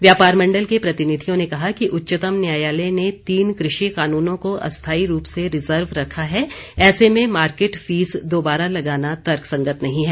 व्यापार मंडल के प्रतिनिधियों ने कहा कि उच्चतम न्यायालय ने तीन कृषि कानूनों को अस्थायी रूप से रिजर्व रखा है ऐसे में मार्केट फीस दोबारा लगाना तर्क संगत नहीं है